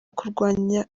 kurwanya